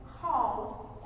called